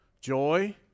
joy